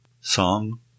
song